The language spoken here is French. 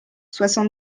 soixante